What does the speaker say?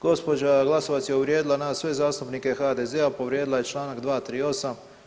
Gospođa Glasovac je uvrijedila nas sve zastupnike HDZ-a, povrijedila je članak 238.